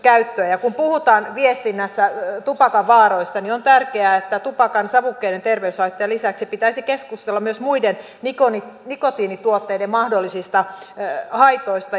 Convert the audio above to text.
kun puhutaan viestinnässä tupakan vaaroista niin on tärkeää että tupakan savukkeiden terveyshaittojen lisäksi pitäisi keskustella myös muiden nikotiinituotteiden mahdollisista haitoista